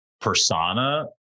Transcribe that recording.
persona